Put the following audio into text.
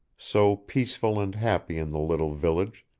so peaceful and happy in the little village,